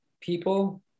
people